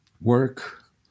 work